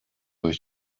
was